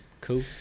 Cool